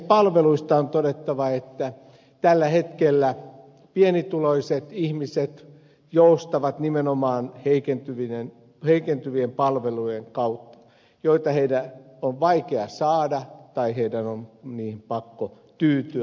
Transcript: palveluista on todettava että tällä hetkellä pienituloiset ihmiset joustavat nimenomaan heikentyvien palvelujen kautta joita heidän on vaikea saada tai joihin heidän on pakko tyytyä